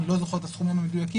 אני לא זוכר את הסכומים המדויקים,